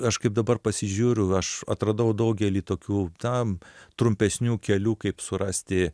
aš kaip dabar pasižiūriu aš atradau daugelį tokių tam trumpesnių kelių kaip surasti